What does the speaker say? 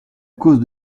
cause